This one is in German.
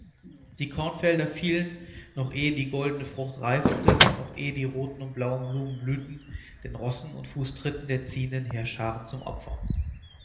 die kornfelder fielen noch ehe die goldene frucht reifte noch ehe die roten und blauen blumen blühten den rossen und fußtritten der ziehenden heeresscharen zum opfer